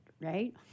right